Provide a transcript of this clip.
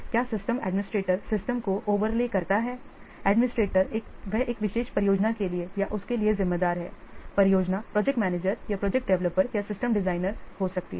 क्या system administrator system को overlay करता है एडमिनिस्ट्रेटर वह एक विशेष परियोजना के लिए या उसके लिए जिम्मेदार है परियोजना प्रोजेक्ट मैनेजर या प्रोजेक्ट डेवलपर या सिस्टम डिजाइनर हो सकती है